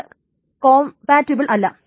ഇത് കോംപാറ്റിബിൾ അല്ല